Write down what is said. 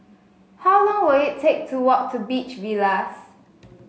how long will it take to walk to Beach Villas